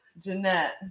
Jeanette